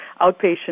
outpatient